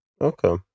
Okay